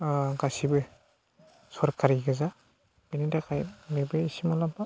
ओ गासैबो सरखारि गोजा बेनि थाखाय बेहायबो इसे मुलाम्फा